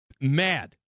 mad